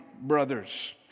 brothers